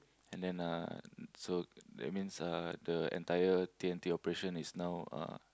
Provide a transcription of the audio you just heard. and then uh so that means uh the entire t_n_t operation is now uh